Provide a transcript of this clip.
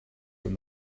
from